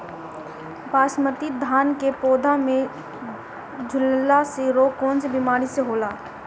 बासमती धान क पौधा में झुलसा रोग कौन बिमारी से होला?